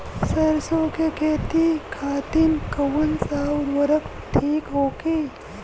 सरसो के खेती खातीन कवन सा उर्वरक थिक होखी?